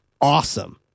awesome